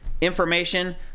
information